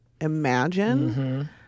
imagine